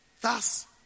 Thus